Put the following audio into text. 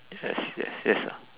yes yes yes sir